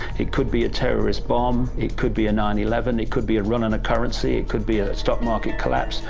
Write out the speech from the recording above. it could be a terrorist bomb, it could be a nine eleven, it could be a run on a currency, it could be a stock market collapse,